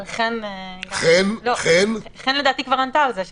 חן כבר ענתה על זה שכן.